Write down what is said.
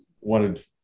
wanted